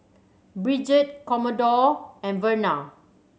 Bridget Commodore and Verna